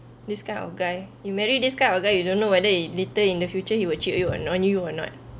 this kind of guy you marry this kind of guy you don't know whether he later in the future he will cheat you or not want you or not